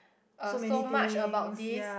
uh so much about this